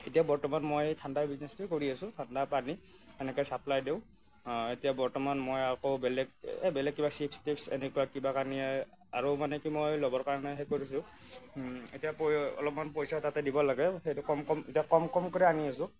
এতিয়া বৰ্তমান মই ঠাণ্ডাৰ বিজিনেছটোৱেই কৰি আছোঁ ঠাণ্ডা পানী সেনেকৈ চাপ্লাই দিওঁ এতিয়া বৰ্তমান মই আকৌ বেলেগ এ বেলেগ কিবা চিপছ্ তিপছ্ এনেকুৱা কিবা কানি আৰু মানে কি মই ল'বৰ কাৰণে হেৰি কৰিছোঁ এতিয়া প অলপমান পইচা তাতে দিব লাগে কম কম এতিয়া অলপমান কম কম কৰি আনি আছোঁ